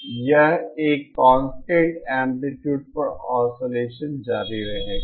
यह एक constant amplitude पर ऑसिलेसन जारी रहेगा